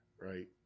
right